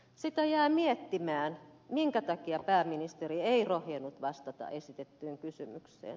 sitä jää miettimään minkä takia pääministeri ei rohjennut vastata esitettyyn kysymykseen